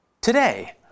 today